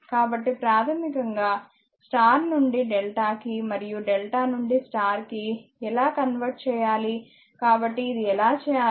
కాబట్టి ప్రాథమికంగా స్టార్ నుండి డెల్టా కి మరియు డెల్టా నుండి స్టార్ కి ఎలా కన్వర్ట్ చేయాలి కాబట్టి ఇది ఎలా చేయాలి